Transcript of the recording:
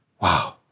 Wow